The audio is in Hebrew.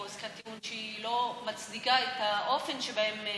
עם עסקת טיעון שהיא לא מצדיקה את האופן שבהם נעצרו,